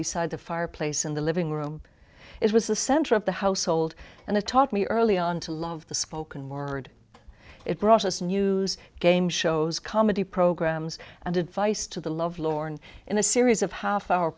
beside the fireplace in the living room it was the center of the household and it taught me early on to love the spoken word it brought us news gameshows comedy programmes and advice to the love lorn in a series of half hour